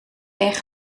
erg